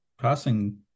passing